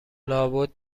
لابد